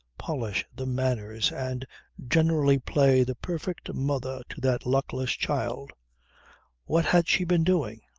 polish the manners, and generally play the perfect mother to that luckless child what had she been doing?